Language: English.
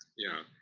yeah,